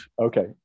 okay